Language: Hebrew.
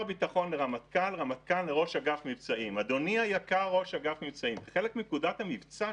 המטה לביטחון לאומי למעשה מחולק אזורית-גאוגרפית מבחינת האנליסטים